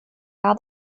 how